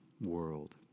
world